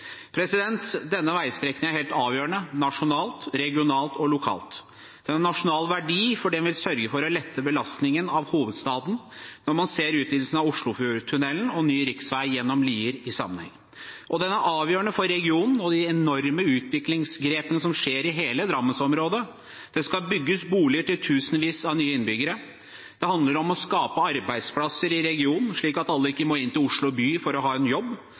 veiprosjektet. Denne veistrekningen er helt avgjørende nasjonalt, regionalt og lokalt. Den har nasjonal verdi fordi den vil sørge for å lette belastningen på hovedstaden, når man ser utvidelsen av Oslofjordtunnelen og ny riksvei gjennom Lier i sammenheng. Den er avgjørende for regionen og de enorme utviklingsgrepene som skjer i hele Drammens-området. Det skal bygges boliger til tusenvis av nye innbyggere. Det handler om å skape arbeidsplasser i regionen, slik at ikke alle må inn til Oslo by for å ha en jobb,